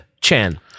chan